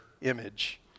image